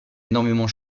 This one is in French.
énormément